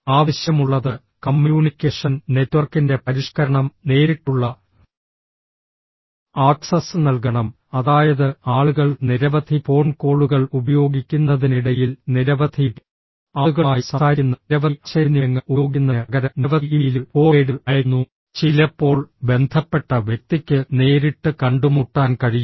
ആവശ്യമുള്ളത് കമ്മ്യൂണിക്കേഷൻ നെറ്റ്വർക്കിന്റെ പരിഷ്ക്കരണം നേരിട്ടുള്ള ആക്സസ് നൽകണം അതായത് ആളുകൾ നിരവധി ഫോൺ കോളുകൾ ഉപയോഗിക്കുന്നതിനിടയിൽ നിരവധി ആളുകളുമായി സംസാരിക്കുന്ന നിരവധി ആശയവിനിമയങ്ങൾ ഉപയോഗിക്കുന്നതിന് പകരം നിരവധി ഇമെയിലുകൾ ഫോർവേഡുകൾ അയയ്ക്കുന്നു ചിലപ്പോൾ ബന്ധപ്പെട്ട വ്യക്തിക്ക് നേരിട്ട് കണ്ടുമുട്ടാൻ കഴിയും